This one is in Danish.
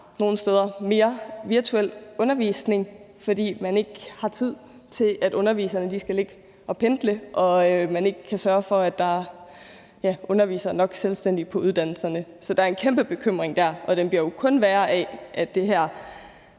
nogle steder har mere virtuel undervisning, fordi man ikke har tid til, at underviserne skal ligge og pendle, og man ikke kan sørge for, at der er undervisere nok på selve uddannelserne. Så der er en kæmpe bekymring der, og den bliver kun værre af, at det